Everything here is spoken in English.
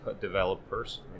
developers